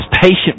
patient